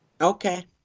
Okay